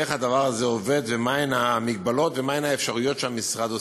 איך הדבר הזה עובד ומהן המגבלות ומהן האפשרויות שהמשרד עושה.